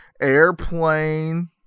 airplane